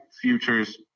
futures